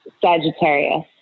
Sagittarius